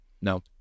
No